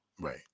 Right